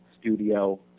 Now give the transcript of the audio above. studio